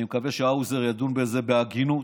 אני מקווה שהאוזר ידון בזה בהגינות,